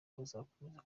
uzakomeza